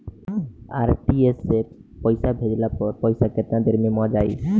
RTGS से पईसा भेजला पर पईसा केतना देर म जाई?